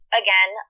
again